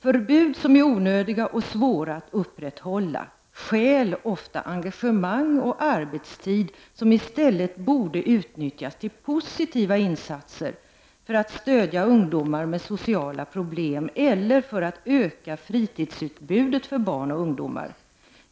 Förbud som är onödiga och svåra att upprätthålla stjäl ofta engagemang och arbetstid som i stället borde utnyttjas till positiva insatser för att stödja ungdomar med sociala problem eller för att öka fritidsutbudet för barn och ungdomar.